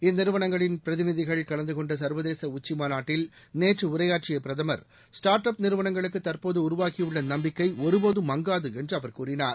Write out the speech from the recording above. இந்நிறுவனங்களின் பிரதிநிதிகள் கலந்து கொண்ட சர்வதேச உச்சிமாநாட்டில் நேற்று உரையாற்றிய பிரதமர் ஸ்டார்ட் அப் நிறுவளங்களுக்கு தற்போது உருவாகியுள்ள நம்பிக்கை ஒருபோதம் மங்காது என்று அவர் கூறினார்